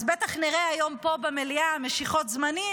אז בטח נראה היום פה במליאה משיכות זמנים.